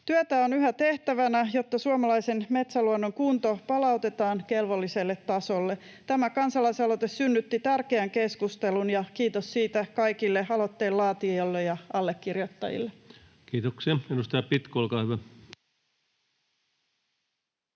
Työtä on yhä tehtävänä, jotta suomalaisen metsäluonnon kunto palautetaan kelvolliselle tasolle. Tämä kansalaisaloite synnytti tärkeän keskustelun, ja kiitos siitä kaikille aloitteen laatijoille ja allekirjoittajille. [Speech 206] Speaker: